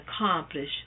accomplish